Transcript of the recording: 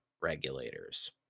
regulators